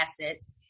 assets